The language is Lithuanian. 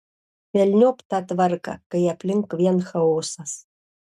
velniop tą tvarką kai aplink vien chaosas